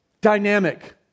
dynamic